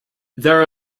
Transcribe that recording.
there